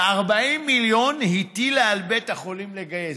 ו-40 מיליון הטילה על בית החולים לגייס.